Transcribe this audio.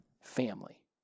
family